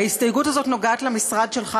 ההסתייגות הזאת נוגעת למשרד שלך,